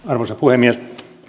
arvoisa puhemies